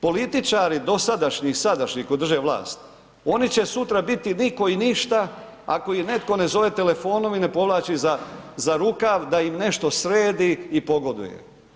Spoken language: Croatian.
Političari dosadašnji i sadašnji koji drže vlast, oni će sutra biti nitko i ništa ako ih netko ne zove telefonom i ne povlači za rukav da im nešto sredi i pogoduje.